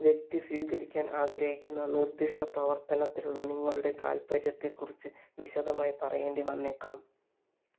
വ്യക്തി സ്വീകരിക്കാൻ ആഗ്രഹിക്കുന്ന നിർദിഷ്ട പ്രവർത്തനത്തിലുള്ള നിങ്ങളുടെ താൽപ്പര്യത്തെക്കുറിച്ച് വിശദമായി പറയേണ്ടി വന്നേക്കാം